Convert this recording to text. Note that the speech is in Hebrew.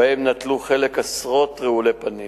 ובהן נטלו חלק עשרות רעולי פנים.